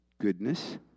Goodness